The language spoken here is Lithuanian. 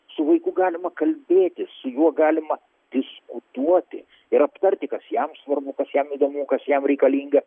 su vaiku galima kalbėtis su juo galima diskutuoti ir aptarti kas jam svarbu kas jam įdomu kas jam reikalinga